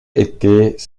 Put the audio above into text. étaient